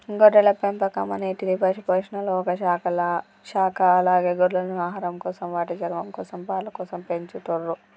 గొర్రెల పెంపకం అనేటిది పశుపోషణలొ ఒక శాఖ అలాగే గొర్రెలను ఆహారంకోసం, వాటి చర్మంకోసం, పాలకోసం పెంచతుర్రు